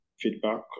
feedback